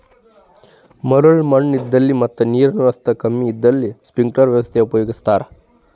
ಮರಳ್ ಮಣ್ಣ್ ಇದ್ದಲ್ಲಿ ಮತ್ ನೀರಿನ್ ವ್ಯವಸ್ತಾ ಕಮ್ಮಿ ಇದ್ದಲ್ಲಿ ಸ್ಪ್ರಿಂಕ್ಲರ್ ವ್ಯವಸ್ಥೆ ಉಪಯೋಗಿಸ್ತಾರಾ